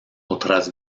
otras